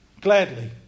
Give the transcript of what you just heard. Gladly